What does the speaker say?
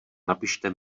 napište